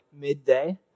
midday